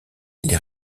les